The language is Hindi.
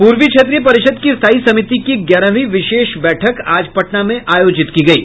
पूर्वी क्षेत्रीय परिषद की स्थायी समिति की ग्यारहवीं विशेष बैठक आज पटना में आयोजित की गयी